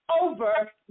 over